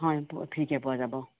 হয় ফ্ৰীকে পোৱা যাব